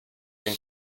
den